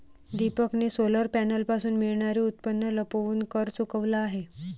दीपकने सोलर पॅनलपासून मिळणारे उत्पन्न लपवून कर चुकवला आहे